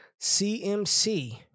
CMC